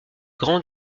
grand